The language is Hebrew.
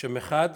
שמחד